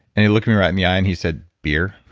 and he looked me right in the eye and he said, beer.